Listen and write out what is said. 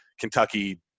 Kentucky